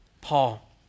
Paul